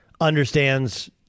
understands